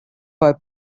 for